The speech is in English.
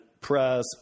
press